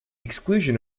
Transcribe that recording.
exclusion